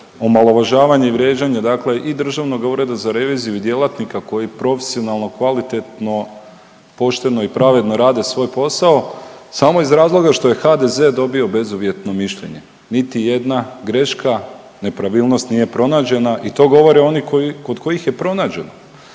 omalovažavanje i vrijeđanje dakle i Državnog ureda za reviziju i djelatnika koji profesionalno, kvalitetno, pošteno i pravedno rade svoj posao samo iz razloga što je HDZ dobio bezuvjetno mišljenje. Niti jedna greška, nepravilnost nije pronađena i to govore oni koji, kod kojih je pronađena.